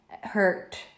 hurt